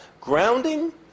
grounding